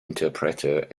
interpreter